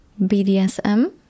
BDSM